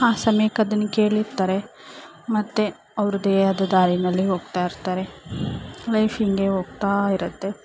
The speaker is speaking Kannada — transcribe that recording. ಆ ಸಮಯಕ್ಕೆ ಅದನ್ನು ಕೇಳಿರ್ತಾರೆ ಮತ್ತು ಅವ್ರದ್ದೇ ಆದ ದಾರಿಯಲ್ಲಿ ಹೋಗ್ತಾಯಿರ್ತಾರೆ ಲೈಫ್ ಹೀಗೆ ಹೋಗ್ತಾಯಿರುತ್ತೆ